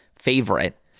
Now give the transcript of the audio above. favorite